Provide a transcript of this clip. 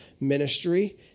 ministry